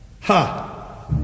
Ha